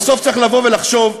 בסוף צריך לבוא ולחשוב.